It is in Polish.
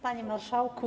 Panie Marszałku!